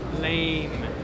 lame